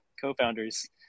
co-founders